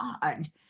God